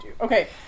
Okay